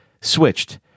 switched